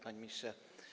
Panie Ministrze!